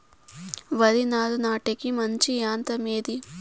వరి నారు నాటేకి మంచి యంత్రం ఏది?